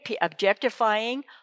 objectifying